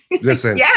Listen